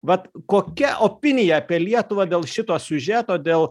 vat kokia opinija apie lietuvą dėl šito siužeto dėl